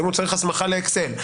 האם צריך הסמכה לאקסל?